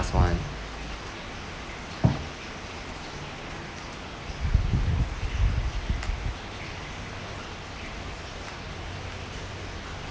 last one